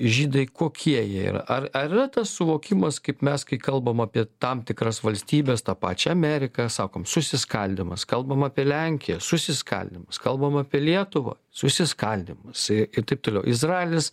žydai kokie jie yra ar ar yra tas suvokimas kaip mes kai kalbam apie tam tikras valstybes tą pačią ameriką sakom susiskaldymas kalbam apie lenkiją susiskaldymas kalbam apie lietuvą susiskaldymas ir taip toliau izraelis